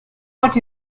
what